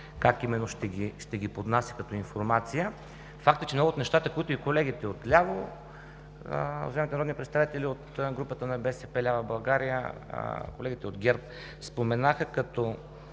как именно ще ги поднася като информация. Факт е, че много от нещата, които и колегите отляво, уважаемите народни представители от групата на БСП за България, и колегите от ГЕРБ споменаха като